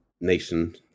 nation